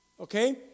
okay